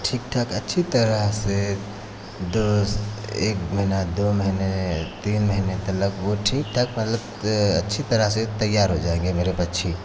ठीक ठाक अच्छी तरह से दो एक महीना दो महीने तीन महीने लगभग ठीक ठाक पर्याप्त अच्छी तरह से तैयार हो जाएंगे मेरे पक्षी